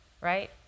right